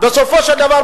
בסופו של דבר,